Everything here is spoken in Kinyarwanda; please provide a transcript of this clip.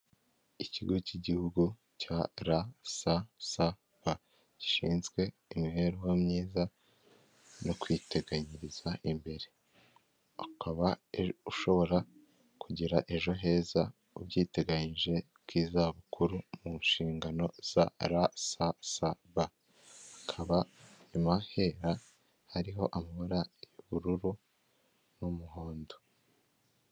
Ikigo k'igihugu cya rasasa gishinzwe imibereho myiza no kwiteganyiriza imbere, ukaba ushobora kugira ejo heza ubyiteganyije kuko izabukuru mu nshingano za ra sa sa ba hakaba inyuma hera hariho amabara y'ubururu n'umuhondo.